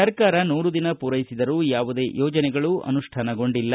ಸರ್ಕಾರ ನೂರು ದಿನ ಪೂರೈಸಿದರೂ ಯಾವುದೇ ಯೋಜನೆಗಳು ಅನುಷ್ಠಾನಗೊಂಡಿಲ್ಲ